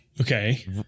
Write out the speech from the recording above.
Okay